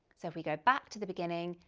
so if we go back to the beginning,